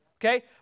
Okay